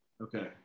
okay